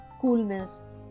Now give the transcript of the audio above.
coolness